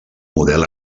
model